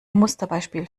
musterbeispiel